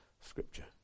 scripture